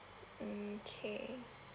mm okay